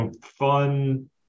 fun